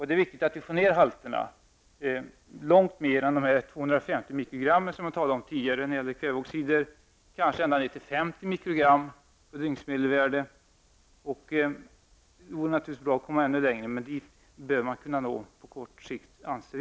Det är viktigt att vi får ner halterna av kväveoxider långt under de 250 mikrogram per m3 som jag tidigare talade om, kanske ända ner till 50 mikrogram som dygnsmedelvärde. Det vore naturligtvis bra att komma ännu längre ner, men jag anser att man borde kunna nå dit på kort sikt.